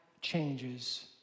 changes